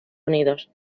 unidos